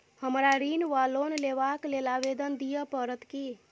हमरा ऋण वा लोन लेबाक लेल आवेदन दिय पड़त की?